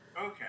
okay